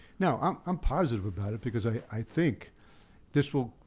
no, i'm i'm positive about it because i think this will,